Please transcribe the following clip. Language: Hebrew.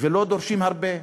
ולא דורשים הרבה.